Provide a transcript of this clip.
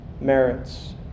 merits